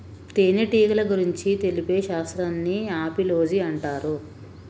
తేనెటీగల గురించి తెలిపే శాస్త్రాన్ని ఆపిలోజి అంటారు